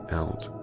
out